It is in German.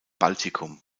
baltikum